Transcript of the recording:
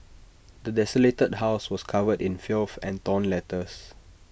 the desolated house was covered in filth and torn letters